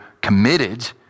committed